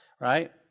right